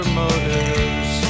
motives